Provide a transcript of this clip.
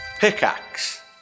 Pickaxe